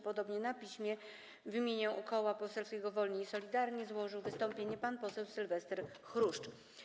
Podobnie na piśmie w imieniu Koła Poselskiego Wolni i Solidarni złożył wystąpienie pan poseł Sylwester Chruszcz.